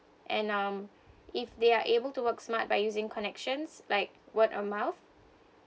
and um if they are able to work smart by using connections like word of mouth